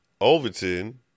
Overton